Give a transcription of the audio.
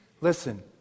Listen